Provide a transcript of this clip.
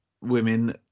women